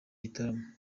gitaramo